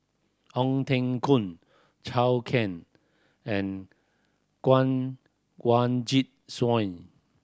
Ong Teng Koon Can and